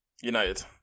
United